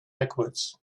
backwards